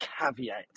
caveat